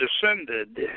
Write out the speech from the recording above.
descended